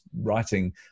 writing